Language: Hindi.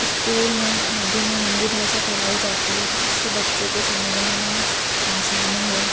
स्कूल में आदि में हिंदी भाषा पढ़ाई जाती है जिससे बच्चों को समझने में आसानी हो